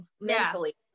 mentally